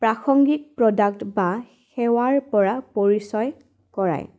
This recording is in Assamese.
প্ৰাাসংগিক প্ৰডাক্ট বা সেৱাৰপৰা পৰিচয় কৰায়